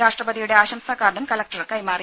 രാഷ്ട്രപതിയുടെ ആശംസാ കാർഡും കലക്ടർ കൈമാറി